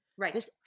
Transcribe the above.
Right